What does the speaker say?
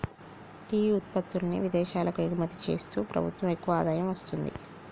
tea ఉత్పత్తుల్ని విదేశాలకు ఎగుమతి చేస్తూ ప్రభుత్వం ఎక్కువ ఆదాయం వస్తుంది